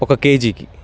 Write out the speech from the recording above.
ఒక కేజీకి